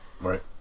right